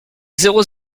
zéro